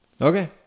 Okay